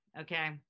okay